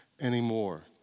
anymore